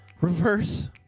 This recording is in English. reverse